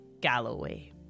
Galloway